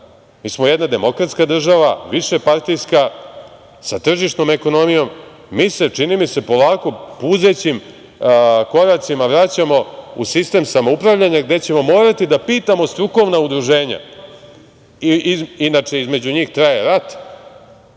mi smo jedna demokratska država, višepartijska, sa tržišnom ekonomijom, mi se, čini mi se, polako, puzećim koracima, vraćamo u sistem samoupravljanja gde ćemo morati da pitamo strukovna udruženja, inače, između njih traje rat,